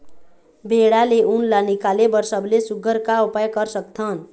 भेड़ा ले उन ला निकाले बर सबले सुघ्घर का उपाय कर सकथन?